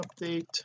update